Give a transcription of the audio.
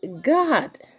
God